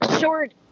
short